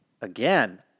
again